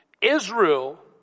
Israel